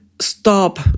stop